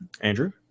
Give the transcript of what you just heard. Andrew